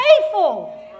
faithful